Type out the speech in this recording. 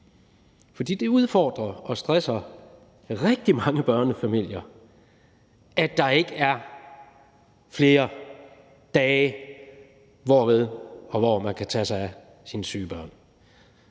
For det udfordrer og stresser rigtig mange børnefamilier, at der ikke er flere dage, hvor man kan tage sig af sine syge børn.